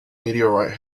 meteorite